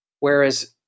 Whereas